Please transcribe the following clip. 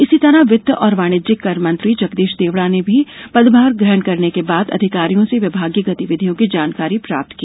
इसी तरह वित्त और वाणिज्यिक कर मंत्री जगदीश देवड़ा ने भी पदभार ग्रहण करने के बाद अधिकारियों से विभागीय गतिविधियों की जानकारी प्राप्त की